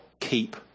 keep